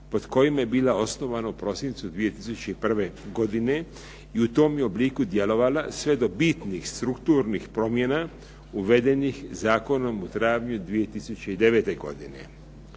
pod kojima je bila osnovana u prosincu 2001. godine i u tom je obliku djelovala sve do bitnih strukturnih promjena uvedenih Zakonom o zdravlju 2009. godine.